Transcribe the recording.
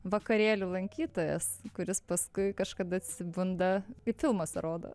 vakarėlių lankytojas kuris paskui kažkada atsibunda kaip filmuose rodo